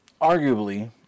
Arguably